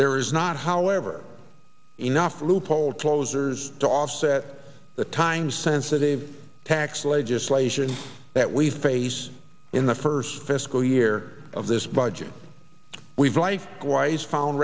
there is not however enough loophole closers to offset the time sensitive tax legislation that we've face in the first fiscal year of this budget we've like why he's found